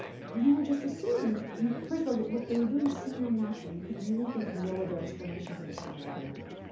you would just assume first of all, what they were doing seemed unnatural you could really think of no other explanation for this kind of behavior.